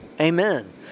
Amen